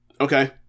Okay